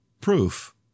Proof